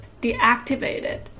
deactivated